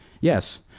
Yes